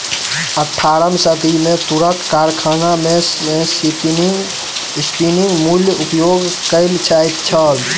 अट्ठारम सदी मे तूरक कारखाना मे स्पिन्निंग म्यूल उपयोग कयल जाइत छल